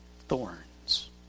thorns